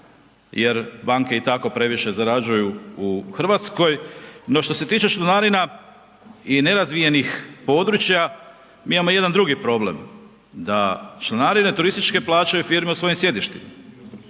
jer banke i tako previše zarađuju u Hrvatskoj, no što se tiče članarina i nerazvijenih područja, mi imamo jedan drugi problem da članarine turističke plaćaju firme u svojim sjedištima.